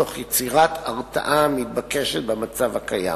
תוך יצירת הרתעה המתבקשת במצב הקיים.